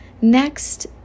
Next